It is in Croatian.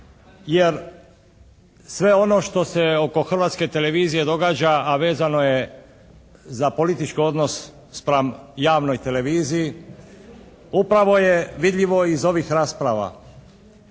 jer sve ono što se oko Hrvatske televizije događa a vezano je za politički odnos spram javnoj televiziji upravo je vidljivo iz ovih rasprava.